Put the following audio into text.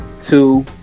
two